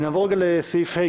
נעבור לסעיף החמישי,